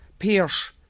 Pierce